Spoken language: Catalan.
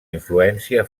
influència